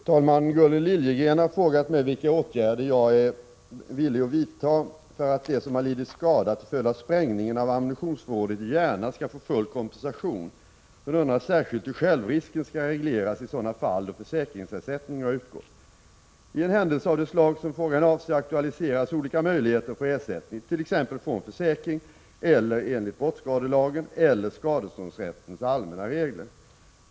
Fru talman! Gunnel Liljegren har frågat mig vilka åtgärder jag är villig att vidta för att de som har lidit skada till följd av sprängningen av ammunitionsförrådet i Järna skall få full kompensation. Hon undrar särskilt hur självrisken skall regleras i sådana fall då försäkringsersättning har utgått. Vid en händelse av det slag frågan avser aktualiseras olika möjligheter att få ersättning, t.ex. från försäkring eller enligt brottskadelagen eller skadeståndsrättens allmänna regler.